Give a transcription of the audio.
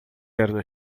terno